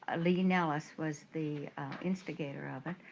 ah lee nellis was the instigator of it.